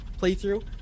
playthrough